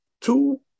two